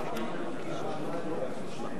המועצה ופיקוח